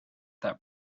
that